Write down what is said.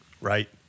right